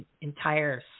entire